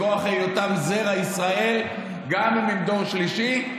מכוח היותם זרע ישראל גם אם הם דור שלישי,